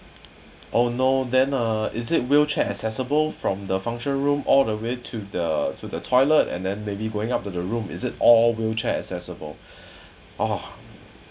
oh no than uh is it wheelchair accessible from the function room all the way to the to the toilet and then maybe going up to the room is it all wheelchair accessible !wah!